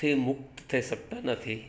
થી મુક્ત થઈ શકતા નથી